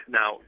now